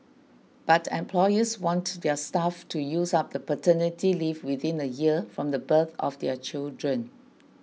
but employers want their staff to use up the paternity leave within a year from the birth of their children